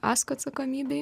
asko atsakomybėj